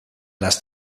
las